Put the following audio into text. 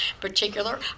particular